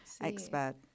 expert